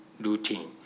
routine